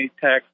text